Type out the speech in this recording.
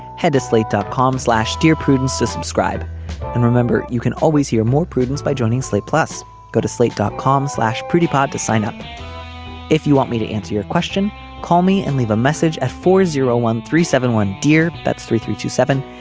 head to slate dot com slash dear prudence subscribe and remember you can always hear more prudence by joining slate plus go to slate dot com slash pretty pod to sign up if you want me to answer your question call me and leave a message at four zero one three seven one dear that's three three two seven.